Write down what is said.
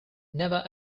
never